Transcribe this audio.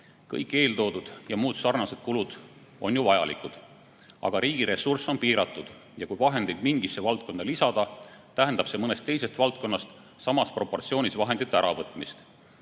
eeltoodud ja muud sarnased kulud on ju vajalikud, aga riigi ressurss on piiratud ja kui vahendeid mingisse valdkonda lisada, tähendab see mõnest teisest valdkonnast samas proportsioonis vahendite äravõtmist.